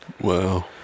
Wow